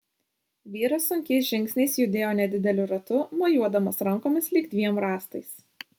vyras sunkiais žingsniais judėjo nedideliu ratu mojuodamas rankomis lyg dviem rąstais